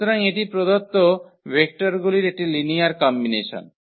সুতরাং এটি প্রদত্ত ভেক্টরগুলির একটি লিনিয়ার কম্বিনেশন